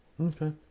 Okay